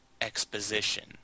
exposition